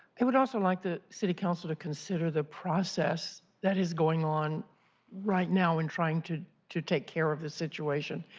would also like the city council to consider the process that is going on right now in trying to to take care of the situation.